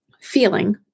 feeling